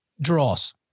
draws